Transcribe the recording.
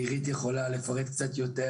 עירית יכולה לפרט קצת יותר.